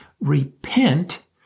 Repent